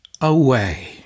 away